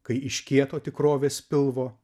kai iš kieto tikrovės pilvo